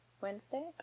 Wednesday